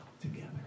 together